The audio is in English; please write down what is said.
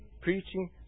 preaching